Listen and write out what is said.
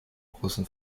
großen